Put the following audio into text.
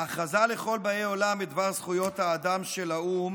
ההכרזה לכל באי עולם בדבר זכויות האדם של האו"ם